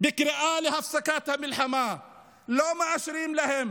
ולא מאשרים לה,